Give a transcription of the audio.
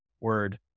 word